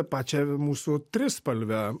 pačią mūsų trispalvę